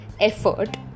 effort